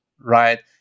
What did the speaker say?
right